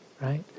Right